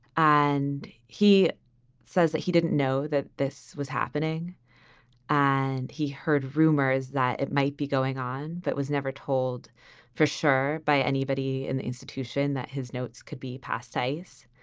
and he says that he didn't know that this was happening and he heard rumors that it might be going on. that was never told for sure by anybody in the institution that his notes could be passed ice.